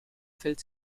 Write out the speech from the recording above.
fällt